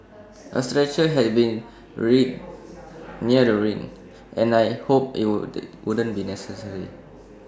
A stretcher had been readied near the ring and I hoped IT wouldn't be necessary